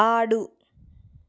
ఆడు